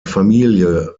familie